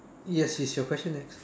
yes yes your question next